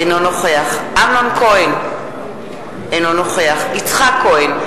אינו נוכח אמנון כהן, אינו נוכח יצחק כהן,